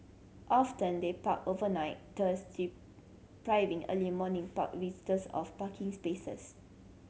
often they park overnight thus depriving early morning park visitors of parking spaces